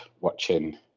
watching